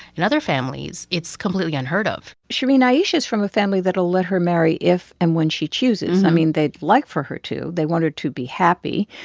in other families it's completely unheard of shereen, ayesha is from a family that will let her marry if and when she chooses. i mean, they'd like for her to. they want her to be happy.